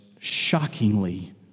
shockingly